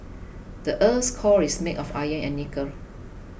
the earth's core is made of iron and nickel